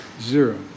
zero